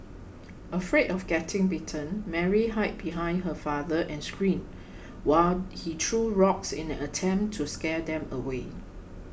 afraid of getting bitten Mary hid behind her father and screamed while he threw rocks in an attempt to scare them away